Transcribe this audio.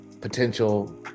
potential